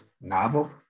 novel